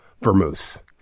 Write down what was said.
vermouth